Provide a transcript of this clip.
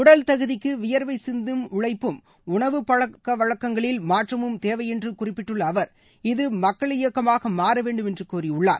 உடல்தகுதிக்கு வியர்வை சிந்தும் உழைப்பும் உணவு பழக்கங்களில் மாற்றமும் தேவையென்று குறிப்பிட்டுள்ள அவர் இது மக்கள் இயக்கமாக மாறவேண்டும் என்று கோரியுள்ளார்